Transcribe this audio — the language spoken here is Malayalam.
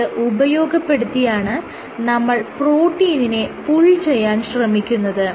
ഇത് ഉപയോഗപ്പെടുത്തിയാണ് നമ്മൾ പ്രോട്ടീനിനെ പുൾ ചെയ്യാൻ ശ്രമിക്കുന്നത്